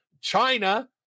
China